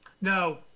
No